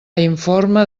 informe